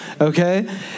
okay